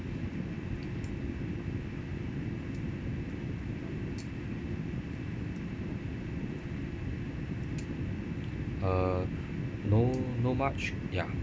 uh no not much ya